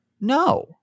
no